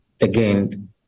again